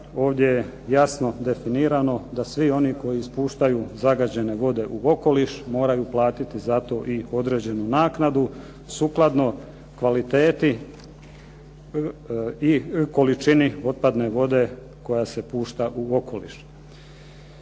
ovdje je jasno definirano da svi oni koji ispuštaju zagađene vode u okoliš moraju platiti zato i određenu naknadu, sukladno kvaliteti i količini otpadne vode koja se pušta u okoliš.